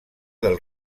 del